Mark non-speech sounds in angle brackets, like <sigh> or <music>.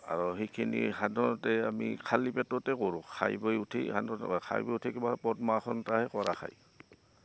আৰু সেইখিনি সাধাৰণতে আমি খালী পেটতে কৰোঁ খাই বৈ উঠি <unintelligible> খাই বৈ উঠি কিবা পদ্মাসন কৰা খায়